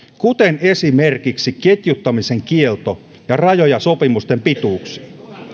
kuten esimerkiksi ketjuttamisen kielto ja rajoja sopimusten pituuksiin